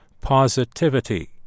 positivity